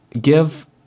give